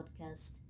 Podcast